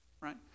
right